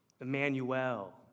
Emmanuel